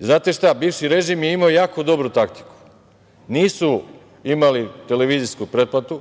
Znate šta, bivši režim je imao jako dobru taktiku. Nisu imali televizijsku pretplatu.